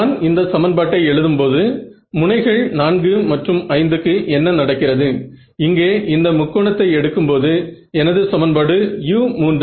நான் பகுதிகளின் எண்ணிக்கையை அதிகரிக்கும்போது Ra மற்றும் Xa விற்கு என்ன நடக்கிறது என்று பார்ப்பேன்